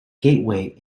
gateway